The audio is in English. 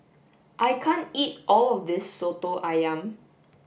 I can't eat all of this Soto Ayam